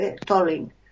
tolling